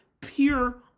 pure